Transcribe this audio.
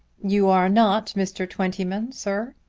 you are not mr. twentyman, sir?